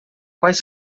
quais